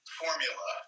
formula